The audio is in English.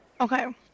okay